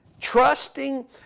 Trusting